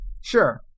sure